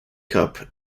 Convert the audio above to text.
cup